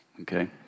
okay